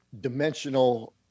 dimensional